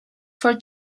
for